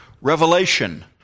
Revelation